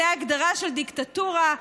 זאת ההגדרה של דיקטטורה.